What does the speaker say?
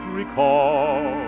recall